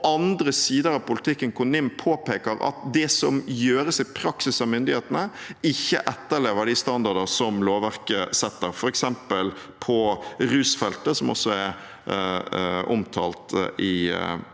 og andre sider av politikken der NIM påpeker at det som gjøres i praksis av myndighetene, ikke etterlever de standarder som lovverket setter, f.eks. på rusfeltet, som også er omtalt i